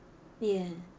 yeah